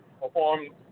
perform